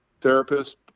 therapist